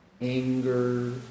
anger